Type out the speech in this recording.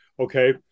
okay